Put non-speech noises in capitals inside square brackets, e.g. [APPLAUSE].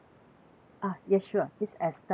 ah yes sure miss esther [BREATH]